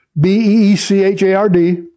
B-E-E-C-H-A-R-D